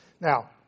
Now